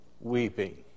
weeping